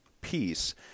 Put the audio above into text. peace